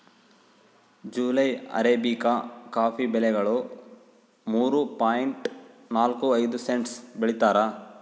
July Arabica coffee ಬೆಲೆಗಳು ಮೂರು point ನಾಲ್ಕು ಐದು ಸೆಂಟ್ಸ್ ಬೆಳೀತಾರ